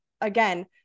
again